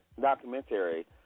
documentary